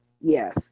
yes